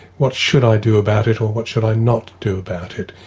what should i do about it, or what should i not do about it?